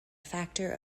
factor